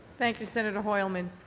thank you, senator hoylman.